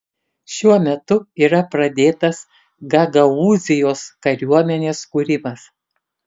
šiuo metu yra pradėtas gagaūzijos kariuomenės kūrimas